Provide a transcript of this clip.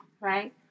right